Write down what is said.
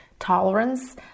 tolerance